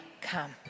come